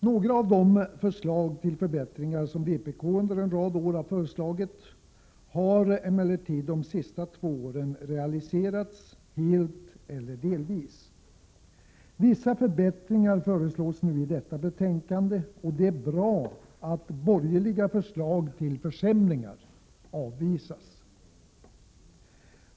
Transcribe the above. Några av de förslag till förbättringar som vpk under en rad år föreslagit har emellertid under de sista två åren realiserats helt eller delvis. Vissa förbättringar föreslås i detta betänkande, och det är bra att borgerliga förslag till försämringar avvisas.